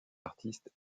artistes